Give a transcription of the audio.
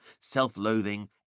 self-loathing—